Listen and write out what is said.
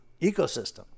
ecosystem